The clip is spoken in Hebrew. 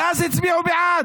שאז הצביעו בעד.